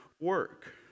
work